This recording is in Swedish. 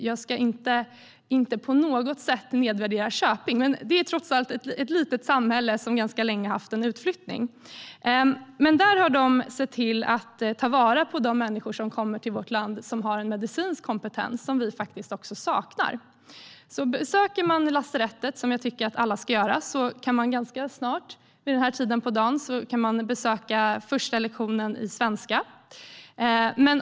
Jag ska inte på något sätt nedvärdera Köping, men det är trots allt ett litet samhälle som ganska länge har haft en utflyttning. I Köping har man sett till att ta vara på de människor som kommer till vårt land och som har en medicinsk kompetens som vi saknar. Om man besöker lasarettet i Köping, vilket jag tycker att alla ska göra, kan man ganska snart vid den här tiden på dagen besöka den första lektionen i svenska.